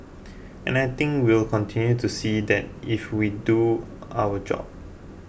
and I think we'll continue to see that if we do our job